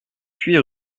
huit